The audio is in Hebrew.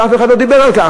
ואף אחד לא דיבר על כך.